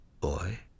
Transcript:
boy